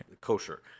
Kosher